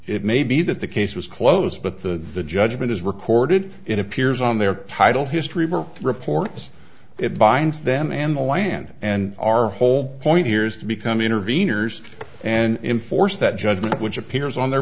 it may be that the case was closed but the the judgment is recorded it appears on their title history reports it binds them and the land and our whole point here is to become interveners and enforce that judgment which appears on their